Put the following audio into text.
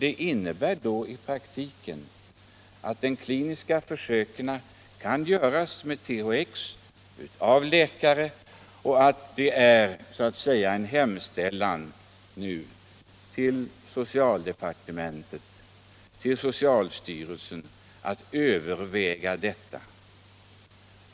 Det innebär i praktiken att kliniska försök med THX skall kunna göras av läkare, och vår skrivning är en hemställan till socialdepartementet och socialstyrelsen att överväga detta.